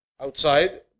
outside